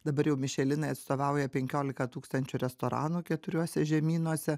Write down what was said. dabar jau mišelinui atstovauja penkiolika tūkstančių restoranų keturiuose žemynuose